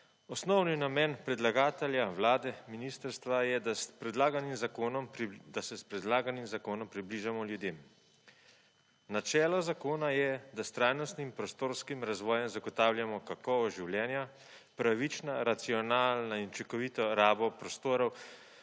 Osnovni predlagatelja Vlade, ministrstva, je, da se s predlaganim zakonom približamo ljudem. Načelo zakona je, da s trajnostnim prostorskim razvojem zagotavljamo kakovost življenja, pravično, racionalno in učinkovito rabo prostorov,